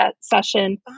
session